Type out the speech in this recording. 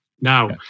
Now